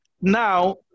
now